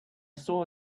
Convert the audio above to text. saw